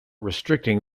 restricting